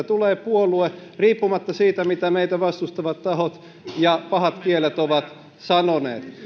tulee puolue riippumatta siitä mitä meitä vastustavat tahot ja pahat kielet ovat sanoneet